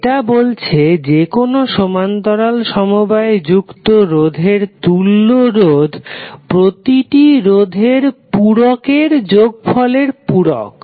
এটা বলছে যেকোনো সমান্তরাল সমবায়ে যুক্ত রোধের তুল্য রোধ প্রতিটি রোধের পুরকের যোগফলের পুরক